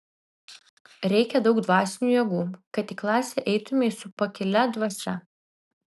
reikia daug dvasinių jėgų kad į klasę eitumei su pakilia dvasia